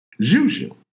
Juju